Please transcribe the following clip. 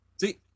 See